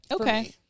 Okay